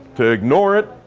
to ignore it.